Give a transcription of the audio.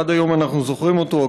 ועד היום אנחנו זוכרים אותו.